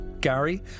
Gary